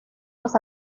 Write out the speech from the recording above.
los